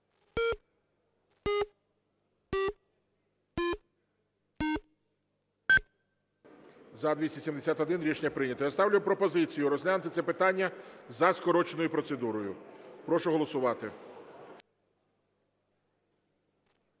За-271 Рішення прийнято. Я ставлю пропозицію розглянути це питання за скороченою процедурою. Прошу голосувати.